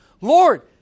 Lord